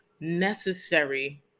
necessary